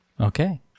Okay